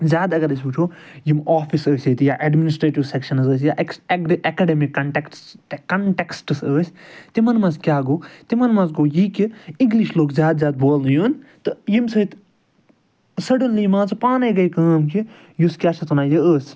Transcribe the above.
زیادٕ اگر أسۍ وُچھَو یِم آفِس ٲسۍ ییٚتہِ یا ایٚڈمِنِشٹریٹیوٗ سیٚکشنٕز ٲسۍ یا اٮ۪کٕس اکڈٕ اٮ۪کَڈٕمِک کَنٹیکس کَنٹیٚکٕسٹٕس ٲسۍ تِمَن منٛز کیٛاہ گوٚو تِمَن منٛز گوٚو یہِ کہ اِنگلِش لوٚگ زیادٕ زیادٕ بولنہٕ یُن تہٕ ییٚمہِ سۭتۍ سٕٹٕنلی مانٛژٕ پانٕے گٕے کٲم کہ یُس کیٛاہ چھِ اَتھ وَنان یہِ ٲسۍ